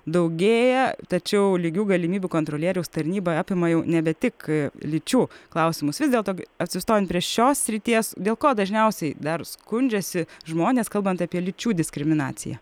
daugėja tačiau lygių galimybių kontrolieriaus tarnyba apima jau nebe tik lyčių klausimus vis dėlto apsistojant prie šios srities dėl ko dažniausiai dar skundžiasi žmonės kalbant apie lyčių diskriminaciją